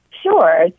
Sure